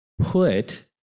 put